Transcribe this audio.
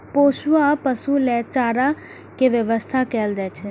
पोसुआ पशु लेल चारा के व्यवस्था कैल जाइ छै